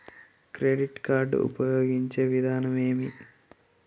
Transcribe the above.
Credit card ఉపయోగించే విధానం ఏమి?